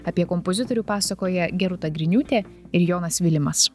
apie kompozitorių pasakoja gerūta griniūtė ir jonas vilimas